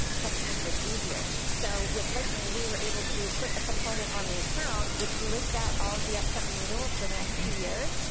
can you make this easier? so with lightning, we were able to put a component on the account which lists out all the upcoming renewals for the next two years.